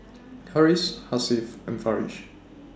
Harris Hasif and Farish